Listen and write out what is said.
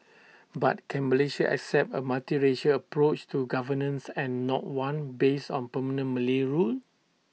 but can Malaysia accept A multiracial approach to governance and not one based on permanent Malay rule